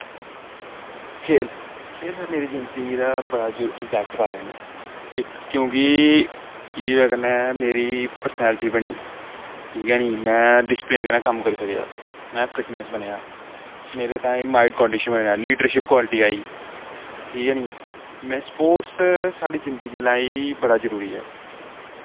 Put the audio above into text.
खेल खेल मेरी जिंदगी पर बड़ा जैदा इम्पैक्ट पाया इ'न्नै इक क्योंकि एह्दी ब'जा कन्नै मेरी पर्सनैल्टी बनी ठीक ऐ नी में डिसप्लिन कन्नै कम्म करी सकेआ में फिटनैस्स बनेआ मेरे ताईं माईट कोआर्डीनेशन बनेआ मेरे च लीडरशिप क्वालिटी आई ठीक ऐ नी में स्पोर्टस साढ़ी जिंदगी ताईं बड़ा जरूरी ऐ